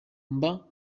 mba